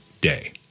day